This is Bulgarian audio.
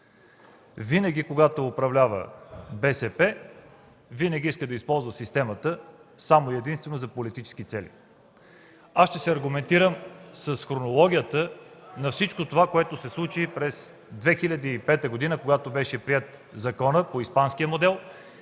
Винаги когато управлява БСП, винаги иска да използва системата само и единствено за политически цели. Ще се аргументирам с хронологията на всичко, което се случи през 2005 г., когато беше приет законът по испанския модел